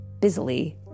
busily